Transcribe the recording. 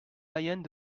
mayenne